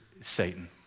Satan